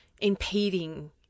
impeding